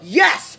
yes